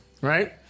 right